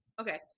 okay